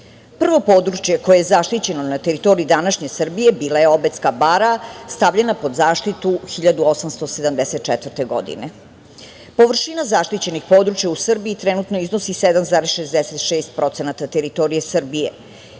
veka. Prvo područje koje je zaštićeno na teritoriji današnje Srbije bila je Obedska bara, stavljena pod zaštitu 1874. godine. Površina zaštićenih područja u Srbiji trenutno iznosi 7,66% teritorije Srbije